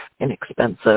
inexpensive